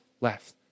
left